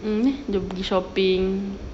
mm ni dia pergi shopping